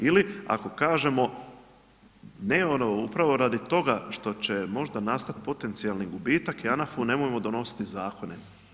Ili ako kažemo ne ono, upravo radi toga što će možda nastati potencijalni gubitak JANAF-u nemojmo donositi zakona.